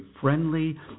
friendly